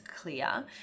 clear